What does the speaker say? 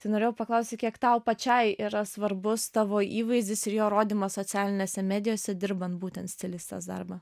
tai norėjau paklausti kiek tau pačiai yra svarbus tavo įvaizdis ir jo rodymas socialinėse medijose dirbant būtent stilistės darbą